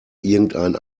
irgendein